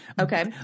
Okay